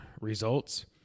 results